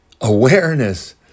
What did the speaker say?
awareness